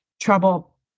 trouble